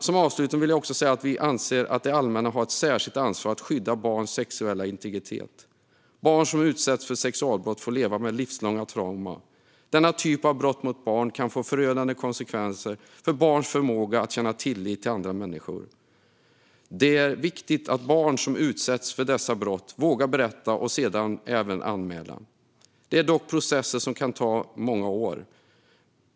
Som avslutning vill jag säga att vi anser att det allmänna har ett särskilt ansvar för att skydda barns sexuella integritet. Barn som utsätts för sexualbrott får leva med livslånga trauman. Denna typ av brott mot barn kan få förödande konsekvenser för barns förmåga att känna tillit till andra människor. Det är viktigt att barn som utsätts för dessa brott vågar berätta och sedan även anmäla. Det är dock processer som kan ta många år.